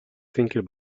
thinking